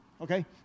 okay